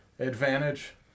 advantage